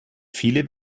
viele